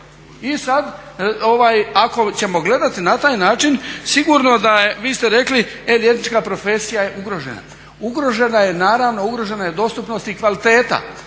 I sad ako ćemo gledati na taj način sigurno da je, vi ste rekli e liječnička profesija je ugrožena, ugrožena je naravno, ugrožena je dostupnost i kvaliteta